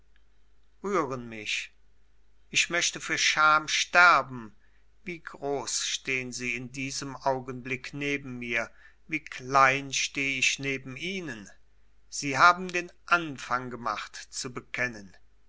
rühren mich ich möchte für scham sterben wie groß stehen sie in diesem augenblick neben mir wie klein steh ich neben ihnen sie haben den anfang gemacht zu bekennen